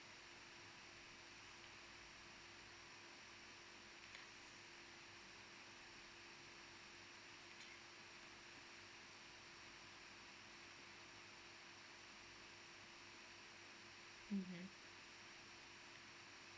mm